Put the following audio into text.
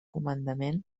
comandament